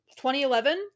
2011